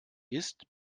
ist